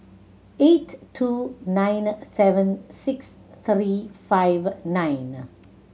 eight two nine seven six three five nine